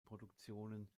produktionen